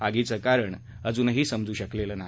आगीचं कारणही अजून समजू शकलेलं नाही